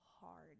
hard